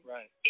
Right